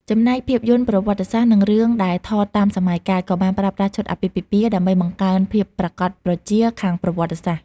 ចំណែកភាពយន្តប្រវត្តិសាស្ត្រ និងរឿងដែលថតតាមសម័យកាល ក៏បានប្រើប្រាស់ឈុតអាពាហ៍ពិពាហ៍ដើម្បីបង្កើន ភាពប្រាកដប្រជាខាងប្រវត្តិសាស្ត្រដែរ។